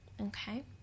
okay